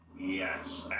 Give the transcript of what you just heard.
Yes